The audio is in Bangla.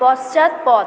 পশ্চাৎপদ